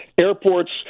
airports